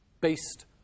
based